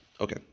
Okay